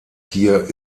hier